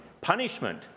punishment